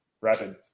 rapid